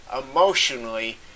emotionally